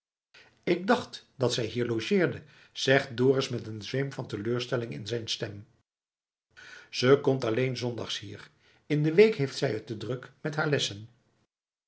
ik dacht dat zij hier logeerde zegt dorus met een zweem van teleurstelling in zijn stem ze komt alleen zondags hier in de week heeft zij het te druk met haar lessen